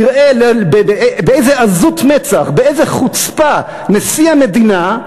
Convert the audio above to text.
תראה באיזו עזות מצח, באיזו חוצפה, נשיא המדינה,